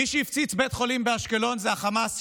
מי שהפציץ בית חולים באשקלון זה החמאס,